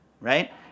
right